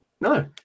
no